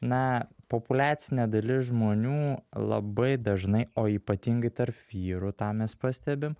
na populiacinė dalis žmonių labai dažnai o ypatingai tarp vyrų tą mes pastebim